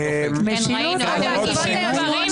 יש לכם הזדמנות לעצור.